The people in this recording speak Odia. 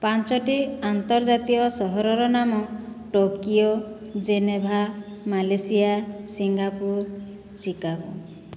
ପାଞ୍ଚୋଟି ଆନ୍ତର୍ଜାତିୟ ସହରର ନାମ Tokyo Geneva Malaysia Singapore Chicago